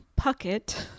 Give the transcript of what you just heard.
Puckett